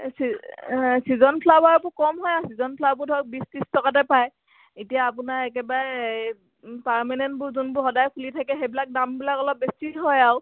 ছি season ফ্লাৱাৰবোৰ কম হয় আৰু ছিজন ফ্লাৱাৰবোৰ ধৰক বিছ ত্ৰিছ টকাতে পায় এতিয়া আপোনাৰ একেবাৰে পাৰ্মানেণ্টবোৰ যোনবোৰ সদায় ফুলি থাকে সেইবিলাক দামবিলাক অলপ বেছি হয় আৰু